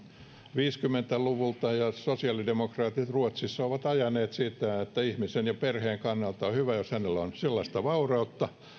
viisikymmentä luvulta sosiaalidemokraatit ovat ruotsissa ajaneet sitä että ihmisen ja perheen kannalta on hyvä jos heillä on sellaista vaurautta